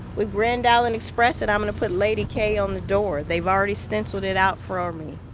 with grand island express and i'm gonna put lady k on the door. they've already stenciled it out for um me.